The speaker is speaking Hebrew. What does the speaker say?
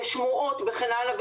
שמועות וכן הלאה,